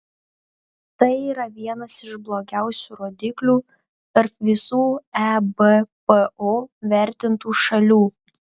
tai yra vienas iš blogiausių rodiklių tarp visų ebpo vertintų šalių